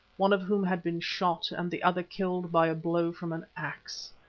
one of whom had been shot and the other killed by a blow from an axe.